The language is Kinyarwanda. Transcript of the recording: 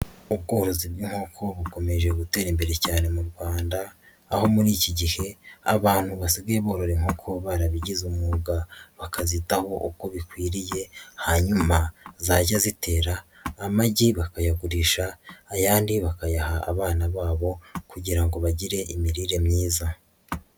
Ubworozi bw'inkoko bukomeje gutera imbere cyane mu Rwanda aho muri iki gihe abantu basigaye borora inkoko barabigize umwuga bakazitaho uko bikwiriye hanyuma zajya zitera amagi bakayagurisha ayandi bakayaha abana babo kugira bagire imirire myiza.